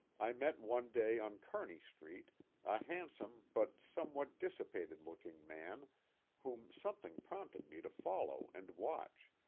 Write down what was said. i met one day on kearney street a handsome but somewhat dissipated-looking man whom something prompted me to follow and watch,